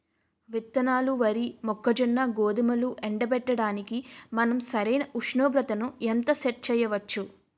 విత్తనాలు వరి, మొక్కజొన్న, గోధుమలు ఎండబెట్టడానికి మనం సరైన ఉష్ణోగ్రతను ఎంత సెట్ చేయవచ్చు?